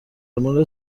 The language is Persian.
مورد